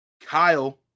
Kyle